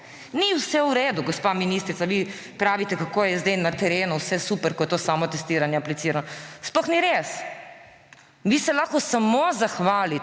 Ni vse v redu, gospa ministrica. Vi pravite, kako je sedaj na terenu vse super, ko je to samotestiranje aplicirano. Sploh ni res. Vi se lahko samo zahvalite,